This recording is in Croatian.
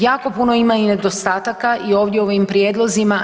Jako puno ima i nedostataka i ovdje u ovim prijedlozima.